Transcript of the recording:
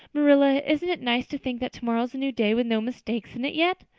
marilla, isn't it nice to think that tomorrow is a new day with no mistakes in it yet?